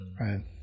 right